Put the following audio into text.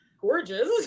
gorgeous